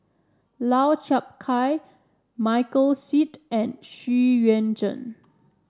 Lau Chiap Khai Michael Seet and Xu Yuan Zhen